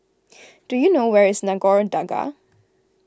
do you know where is Nagore Dargah